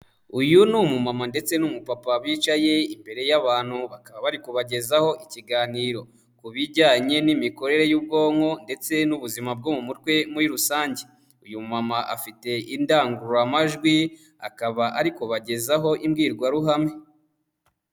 Uyu ni umumama ndetse n'umupapa bicaye imbere y'abantu bakaba bari kubagezaho ikiganiro ku bijyanye n'imikorere y'ubwonko ndetse n'ubuzima bwo mu mutwe muri rusange, uyu mumama afite indangururamajwi akaba ari kubagezaho imbwirwaruhame.